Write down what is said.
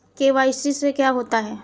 KYC क्या होता है?